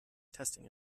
testing